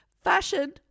Fashion